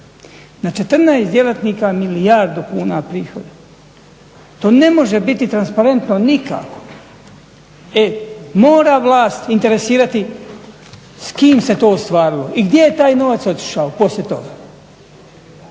Na 14 djelatnika milijardu kuna prihoda. To ne može biti transparentno nikako. E, mora vlast se interesirati s kim se to ostvarilo i gdje je taj novac otišao poslije toga.